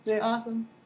Awesome